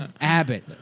Abbott